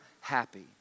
happy